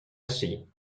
ainsi